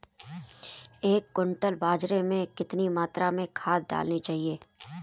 एक क्विंटल बाजरे में कितनी मात्रा में खाद डालनी चाहिए?